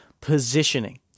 positioning